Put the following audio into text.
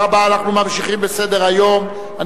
45 בעד, מתנגד אחד, אין נמנעים.